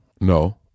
no